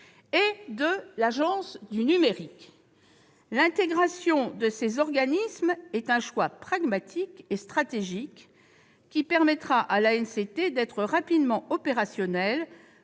et de l'Agence du numérique. L'intégration de ces organismes est un choix pragmatique et stratégique, qui permettra à l'ANCT d'être rapidement opérationnelle